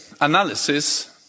analysis